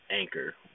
Anchor